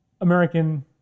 American